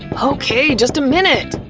okay, just a minute!